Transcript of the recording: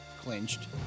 clinched